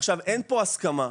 אין פה הסכמה.